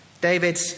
David